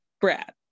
brad